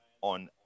on